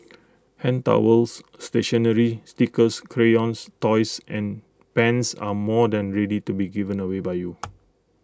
hand towels stationery stickers crayons toys and pens are more than ready to be given away by you